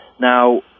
now